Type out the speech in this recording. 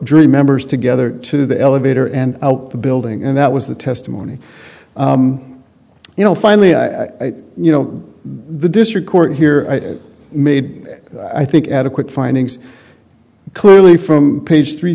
dream members together to the elevator and out the building and that was the testimony you know finally i you know the district court here made i think adequate findings clearly from page three